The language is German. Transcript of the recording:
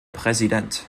präsident